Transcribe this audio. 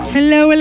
Hello